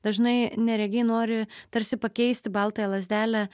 dažnai neregiai nori tarsi pakeisti baltąją lazdelę